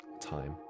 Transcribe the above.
time